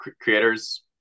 creators